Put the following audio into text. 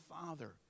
Father